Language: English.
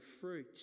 fruit